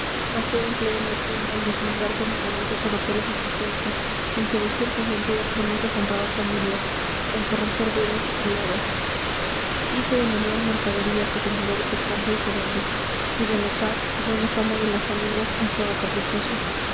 yo empleé mi hacienda en deslumbrar con engañosos oropeles la inocencia en seducir con mentidas promesas a honradas familias en corromper dueñas y criadas hice del honor mercadería que con el oro se compra y se vende y de la paz y buena fama de las familias un juego caprichoso